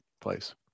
place